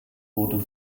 wurden